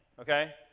okay